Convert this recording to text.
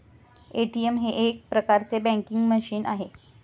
ATM हे एक प्रकारचे बँकिंग मशीन आहे